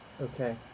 Okay